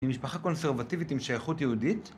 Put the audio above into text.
ממשפחה קונסרבטיבית עם שייכות יהודית